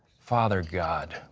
father god,